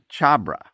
Chabra